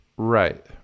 Right